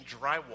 drywall